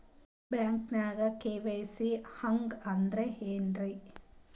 ಬ್ಯಾಂಕ್ದಾಗ ಕೆ.ವೈ.ಸಿ ಹಂಗ್ ಅಂದ್ರೆ ಏನ್ರೀ?